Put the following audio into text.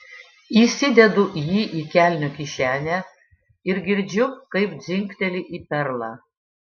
įsidedu jį į kelnių kišenę ir girdžiu kaip dzingteli į perlą